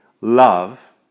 love